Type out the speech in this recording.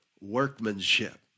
workmanship